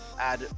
add